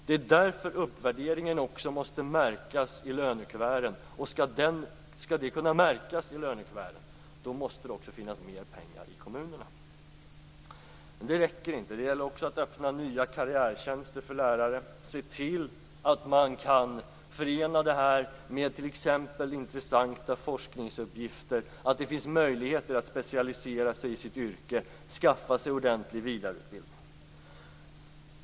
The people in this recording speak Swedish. Därför måste uppvärderingen också märkas i lönekuverten. För att detta skall kunna märkas i lönekuverten måste det finnas mera pengar i kommunerna. Detta räcker dock inte. Det gäller också att öppna nya karriärtjänster för lärare och att se till att man kan förena det här med t.ex. intressanta forskningsuppgifter, liksom att det finns möjligheter att specialisera sig i sitt yrke och skaffa sig en ordentlig vidareutbildning.